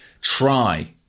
try